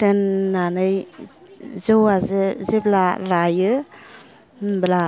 दोननानै जौआ जे जेब्ला रायो होनब्ला